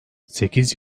sekiz